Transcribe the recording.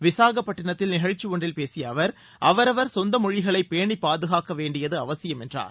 விசாகப்பட்டிணத்தில் நிகழ்ச்சி ஒன்றில் பேசிய அவர் அவரவர் சொந்த மொழிகளை பேணிப்பாதுகாக்க வேண்டியது அவசியம் என்றார்